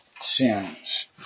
sins